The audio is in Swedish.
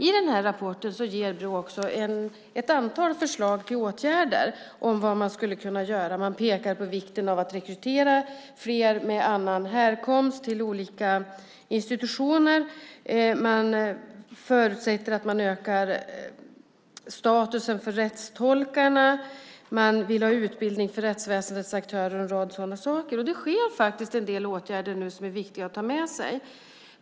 I rapporten ger Brå också ett antal förslag till åtgärder. Man pekar på vikten av att rekrytera fler med annan härkomst till olika institutioner, man förutsätter att statusen för rättstolkar ökas, man vill ha utbildning för rättsväsendets aktörer och en rad liknande saker. Och det vidtas faktiskt en del åtgärder nu som är viktiga att ta med sig.